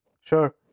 sure